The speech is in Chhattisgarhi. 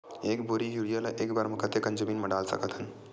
एक बोरी यूरिया ल एक बार म कते कन जमीन म डाल सकत हन?